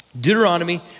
Deuteronomy